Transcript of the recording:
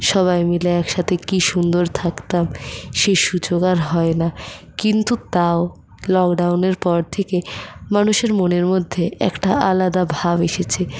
সবাই মিলে একসাথে কি সুন্দর থাকতাম সেই সুযোগ আর হয় না কিন্তু তাও লকডাউনের পর থেকে মানুষের মনের মধ্যে একটা আলাদা ভাব এসেছে